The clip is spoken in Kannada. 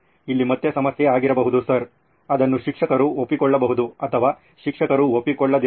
ಇಲ್ಲಿ ಮತ್ತೆ ಸಮಸ್ಯೆ ಆಗಿರಬಹುದು ಸರ್ ಅದನ್ನು ಶಿಕ್ಷಕರು ಒಪ್ಪಿಕೊಳ್ಳಬಹುದು ಅಥವಾ ಶಿಕ್ಷಕರು ಒಪ್ಪಿಕೊಳ್ಳದಿರಬಹುದು